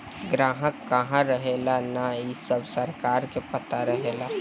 ग्राहक कहा रहेला, का करेला, खाता बा कि ना, आधार बा कि ना इ सब सरकार के पता रहेला